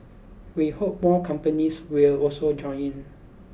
we hope more companies will also join in